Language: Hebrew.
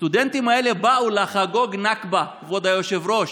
הסטודנטים האלה באו לחגוג נכבה, כבוד היושב-ראש,